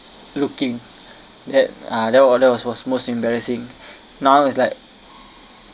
looking uh that was that was was most embarrassing now it's like